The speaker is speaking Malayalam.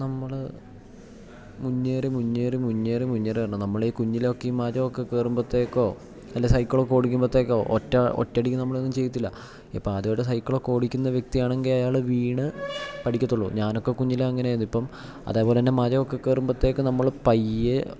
നമ്മൾ മുന്നേറി മുന്നേറി മുന്നേറി മുന്നേറണം നമ്മൾ ഈ കുഞ്ഞിലൊക്കെ ഈ മരമൊക്കെ കയറുമ്പത്തേക്കോ അല്ല സൈക്കിളൊക്കെ ഓടിക്കുമ്പോഴത്തേക്കോ ഒറ്റ ഒറ്റടിക്ക് നമ്മൾ ഒന്നും ചെയ്യത്തില്ല ഇപ്പം ആദ്യമായിട്ട് സൈക്കിളൊക്കെ ഓടിക്കുന്ന വ്യക്തിയാണെങ്കിൽ അയാൾ വീണു പഠിക്കത്തെ ഉള്ളൂ ഞാൻ ഒക്കെ കുഞ്ഞിൽ അങ്ങനെ ആയിരുന്നു ഇപ്പം അതേപോലെ തന്നെ മരമൊക്കെ കയറുമ്പത്തേക്ക് നമ്മൾ പയ്യെ